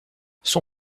son